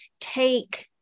take